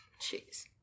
Jeez